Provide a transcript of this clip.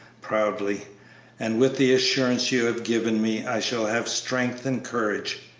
proudly and with the assurance you have given me i shall have strength and courage,